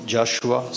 Joshua